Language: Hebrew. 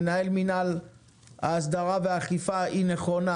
מנהל מינהל ההסדרה והאכיפה היא נכונה.